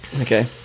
Okay